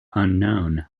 unknown